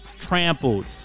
trampled